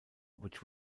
which